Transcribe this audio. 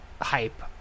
hype